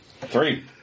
Three